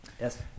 Yes